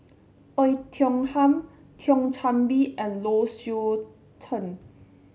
Oei Tiong Ham Thio Chan Bee and Low Swee Chen